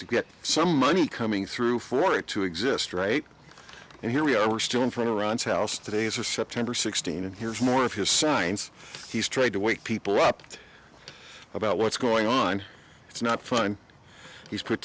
to get some money coming through for it to exist right and here we are we're still in front of ron's house today as are september sixteenth and here's more of his signs he's trying to wake people up about what's going on it's not fun he's p